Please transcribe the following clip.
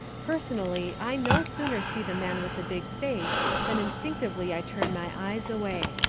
personally, i no sooner see the man with the big face than instinctively i turn my eyes away.